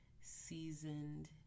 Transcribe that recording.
seasoned